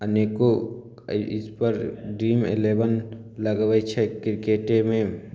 अनेको इसपर team eleven लगबै छै क्रिकेटेमे